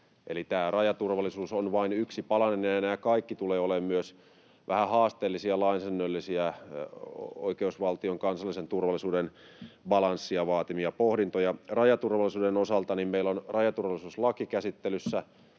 rajaturvallisuus on vain yksi palanen, ja nämä kaikki tulevat olemaan myös vähän haasteellisia lainsäädännöllisiä, oikeusvaltion ja kansallisen turvallisuuden balanssia vaativia pohdintoja. Rajaturvallisuuden osalta: Meillä on käsittelyssä